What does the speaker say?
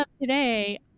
today